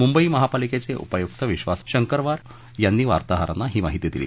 मुंबई महापालिकेचे उपायुक्त विश्वास शंकरवार यांनी वार्ताहरांना ही माहिती दिली